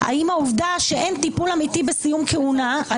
האם העובדה שאין טיפול אמיתי בסיום כהונה זה ריכוך.